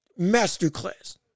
masterclass